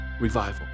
revival